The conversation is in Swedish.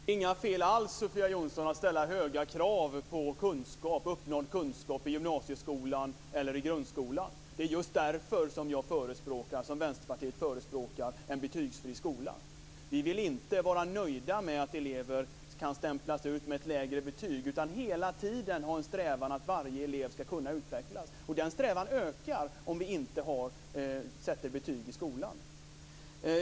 Fru talman! Det är inga fel alls, Sofia Jonsson, att ställa höga krav på uppnådd kunskap i gymnasieskolan eller i grundskolan. Det är därför som jag som vänsterpartist förespråkar en betygsfri skola. Vi vill inte vara nöjda med att elever kan stämplas ut med ett lägre betyg, utan det gäller att hela tiden ha en strävan att varje elev skall kunna utvecklas. Den strävan ökar om vi inte sätter betyg i skolan.